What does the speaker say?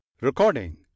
Recording